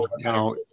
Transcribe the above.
now